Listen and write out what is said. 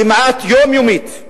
כמעט יומיומית,